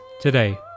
today